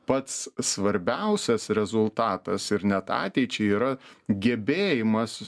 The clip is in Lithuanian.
pats svarbiausias rezultatas ir net ateičiai yra gebėjimas